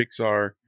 pixar